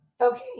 Okay